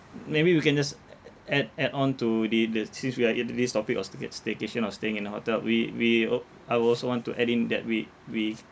maybe we can just add add on to the the since we are in the this topic was to get staycation or staying in a hotel we we oo I also want to add in that we we